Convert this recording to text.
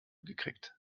gekriegt